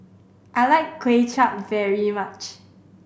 I like Kuay Chap very much